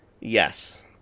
Yes